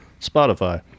Spotify